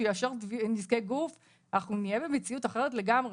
שיאפשר נזקי גוף אנחנו נהיה במציאות אחרת לגמרי.